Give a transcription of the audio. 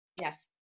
Yes